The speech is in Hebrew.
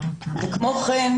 כמו כן,